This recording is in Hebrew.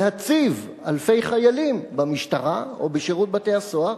להציב אלפי חיילים במשטרה או בשירות בתי-הסוהר?